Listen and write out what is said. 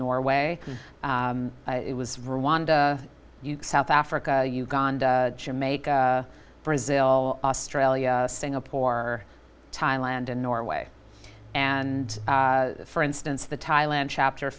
norway it was rwanda south africa uganda jamaica brazil australia singapore thailand and norway and for instance the thailand chapter